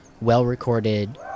well-recorded